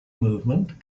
movement